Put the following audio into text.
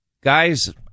Guys